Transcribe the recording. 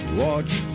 watch